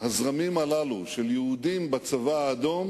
הזרמים הללו, של יהודים בצבא האדום